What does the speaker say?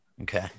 Okay